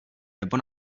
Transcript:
nebo